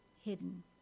hidden